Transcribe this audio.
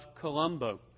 Colombo